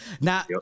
Now